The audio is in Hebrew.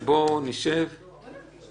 תרשום